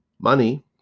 Money